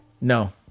no